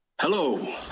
Hello